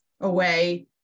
away